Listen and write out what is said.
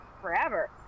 forever